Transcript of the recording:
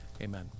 amen